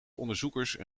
onderzoekers